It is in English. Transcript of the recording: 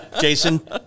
Jason